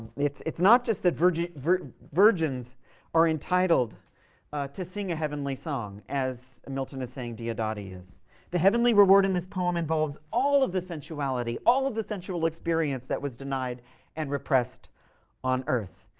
it's it's not just that virgins virgins are entitled to sing a heavenly song as milton is saying diodati is. the heavenly reward in this poem involves all of the sensuality, all of the sensual experience, that was denied and repressed on earth.